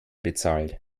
bezahlt